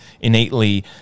innately